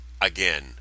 again